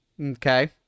Okay